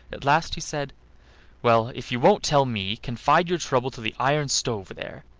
at last he said well, if you won't tell me, confide your trouble to the iron stove there,